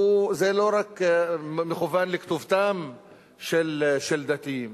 זה לא רק מכוון לכתובתם של דתיים,